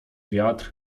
wiatr